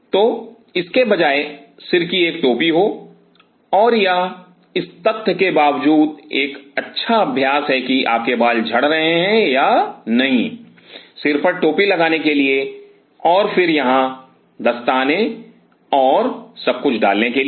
तो इसके बजाय सिर की एक टोपी हो और यह इस तथ्य के बावजूद एक अच्छा अभ्यास है कि आपके बाल झड़ रहे हैं या नहीं सिर पर टोपी लगाने के लिए और फिर यहाँ दस्ताने और सब कुछ डालने के लिए